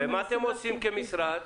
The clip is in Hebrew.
ומה אתם עושים כמשרד?